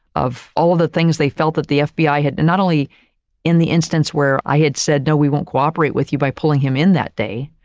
of all the things they felt that the fbi had, not only in the instance where i had said, no, we won't cooperate with you by pulling him in that day,